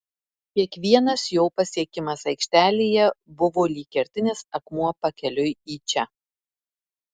kiekvienas jo pasiekimas aikštelėje buvo lyg kertinis akmuo pakeliui į čia